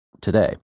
today